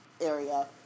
area